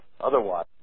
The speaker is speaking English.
Otherwise